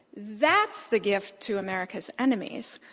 that's the gift to america's enemies.